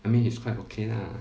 I mean he's quite okay lah